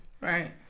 Right